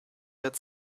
had